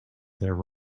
their